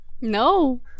No